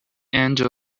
angel